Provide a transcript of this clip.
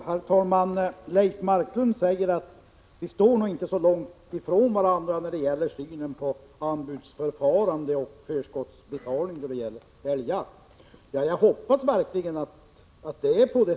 Herr talman! Leif Marklund säger att han och jag inte står så långt ifrån varandra när det gäller synen på anbudsförfarande och förskottsbetalning vid älgjakt. Jag hoppas verkligen att det är så.